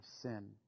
sin